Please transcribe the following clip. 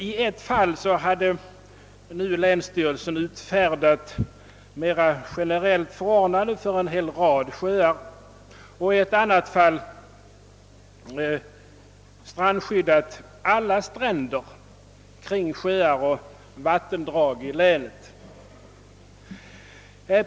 I ett fall hade länsstyrelsen utfärdat ett mera generellt förordnande för en hel rad sjöar, och i ett annat fall hade en annan länsstyrelse strandskyddat alla stränder kring sjöar och vattendrag i hela länet.